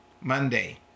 Monday